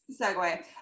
segue